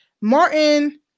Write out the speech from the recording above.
martin